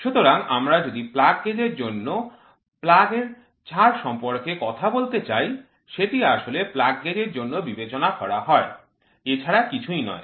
সুতরাং আমরা যদি প্লাগ গেজ এর জন্য প্লাগ এর ছাড় সম্পর্কে কথা বলতে চাই সেটি আসলে প্লাগ গেজ এর জন্য বিবেচনা করা হয় এছাড়া কিছুই নয়